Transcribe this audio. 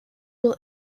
will